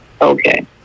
okay